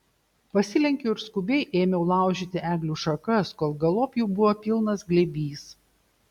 pasilenkiau ir skubiai ėmiau laužyti eglių šakas kol galop jų buvo pilnas glėbys